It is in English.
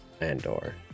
Andor